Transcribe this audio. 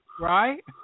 right